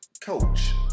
coach